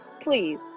please